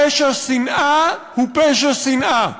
פשע שנאה הוא פשע שנאה.